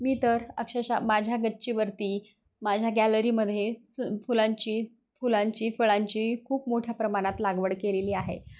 मी तर अक्षरशा माझ्या गच्चीवरती माझ्या गॅलरीमध्ये सु फुलांची फुलांची फळांची खूप मोठ्या प्रमाणात लागवड केलेली आहे